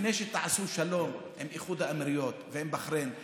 לפני שתעשו הסכם שלום עם איחוד האמירויות ועם בחריין,